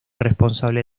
responsable